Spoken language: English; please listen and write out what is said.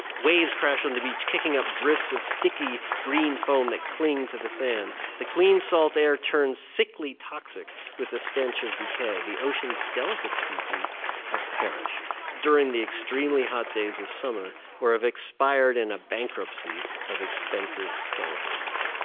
waves crash on the beach, kicking up drifts of sticky green foam that cling to the sand. the clean salt air turns sickly toxic with the stench of decay. the ocean's delicate species have perished during the extremely hot days of summer or have expired in a bankruptcy of expensive skeletons.